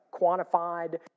quantified